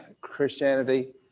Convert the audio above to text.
Christianity